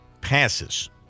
passes